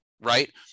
right